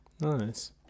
Nice